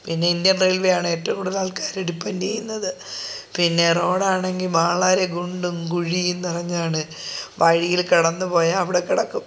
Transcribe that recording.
പിന്നെ Indian railway ആണ് ഏറ്റവും കൂടുതൽ ആൾക്കാർ ഡിപ്പെൻ്റ് ചെയ്യുന്നത് പിന്നെ റോഡാണെങ്കിൽ വളരെ കുണ്ടും കുഴിയും നിറഞ്ഞാണ് വഴിയിൽ കിടന്നു പോയാൽ അവിടെ കിടക്കും